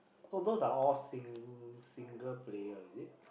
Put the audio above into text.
all those are all sing~ single player is it